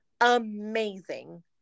amazing